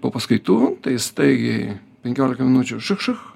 po paskaitų tai staigiai penkiolika minučių šych šych